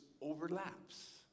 overlaps